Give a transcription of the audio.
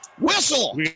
whistle